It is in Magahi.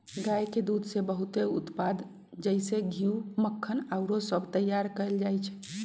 गाय के दूध से बहुते उत्पाद जइसे घीउ, मक्खन आउरो सभ तइयार कएल जाइ छइ